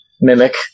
mimic